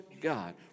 God